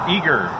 Eager